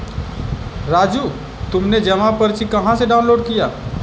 राजू तुमने जमा पर्ची कहां से डाउनलोड किया?